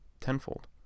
tenfold